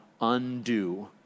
undo